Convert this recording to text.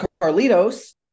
Carlitos